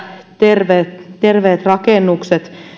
terveet terveet tilat